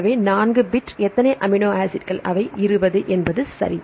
எனவே 4 பிட் எத்தனை அமினோ ஆசிட்கள் அவை 20 சரி